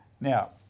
Now